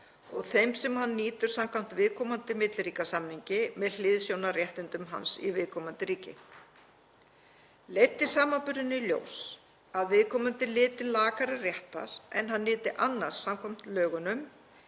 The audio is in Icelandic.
og þeim sem hann nýtur samkvæmt viðkomandi milliríkjasamningi með hliðsjón af réttindum hans í viðkomandi ríki. Leiddi samanburðurinn í ljós að viðkomandi nyti lakari réttar en hann nyti annars samkvæmt lögunum,